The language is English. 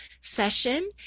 session